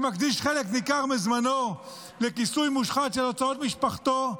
שמקדיש חלק ניכר מזמנו לכיסוי מושחת של הוצאות משפחתו,